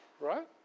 right